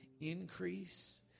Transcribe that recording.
Increase